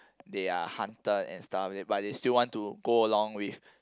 they are hunted and starving but they still want to go along with